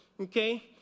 Okay